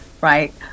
right